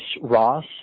Ross